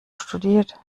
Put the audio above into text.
studiert